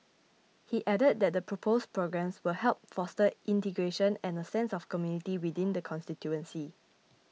he added that the proposed programmes will help foster integration and a sense of community within the constituency